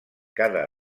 cada